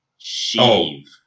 Sheev